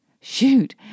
Shoot